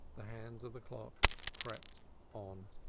the hands of the clock crept on.